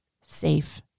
safe